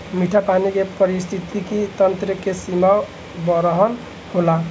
मीठा पानी के पारिस्थितिकी तंत्र के सीमा बरहन होला